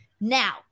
Now